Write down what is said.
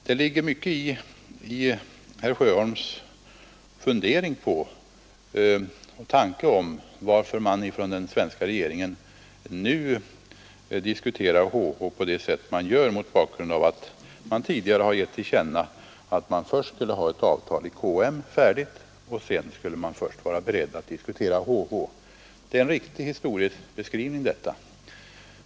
Det ligger mycket i herr Sjöholms funderingar över varför den svenska regeringen nu diskuterar H-H på det sätt man gör, mot bakgrund av att man tidigare givit till känna att man skulle ha ett avtal om K—M färdigt innan man var beredd att diskutera H—H. Detta är en riktig historieskrivning.